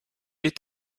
est